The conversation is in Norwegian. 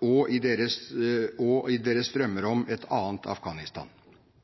og i deres drømmer om et annet Afghanistan.